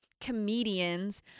comedians